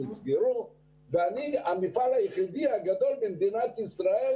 ואני המפעל היחידי הגדול במדינת ישראל